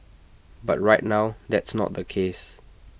but right now that's not the case